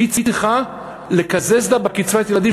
צריך לקזז בקצבת הילדים?